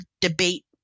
debate